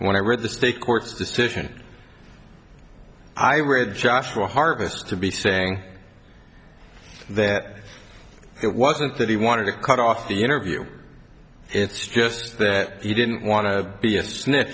when i read the state court's decision i read joshua harvest's to be saying that it wasn't that he wanted to cut off the interview it's just that he didn't want to be a snitch